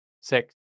Six